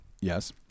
Yes